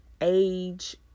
age